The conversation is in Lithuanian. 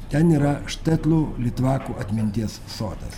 ten yra štetlų litvakų atminties sodas